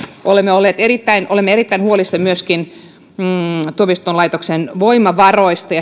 olemme myöskin erittäin huolissamme tuomioistuinlaitoksen voimavaroista